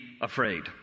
afraid